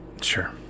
Sure